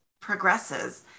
progresses